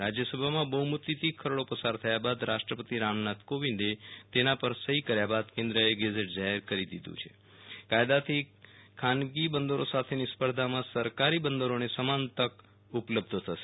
રાજય સભામાં બહુમતિથી ખરડો પસાર થયા બાદ રાષ્ટ્રપતિ રામનાથ કોવિંદે તેના પર સહી કર્યા બાદ કેન્દ્રએ ગેઝેટ જારી કરી દીધુ છે કાયદાથી ખાનગી બંદરો સાથેની સ્પર્ધામાં સરકારી બંદરોને સમાન તક ઉપલબ્ધ થશે